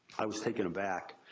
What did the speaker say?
i was taken aback,